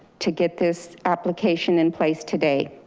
to get this application in place today.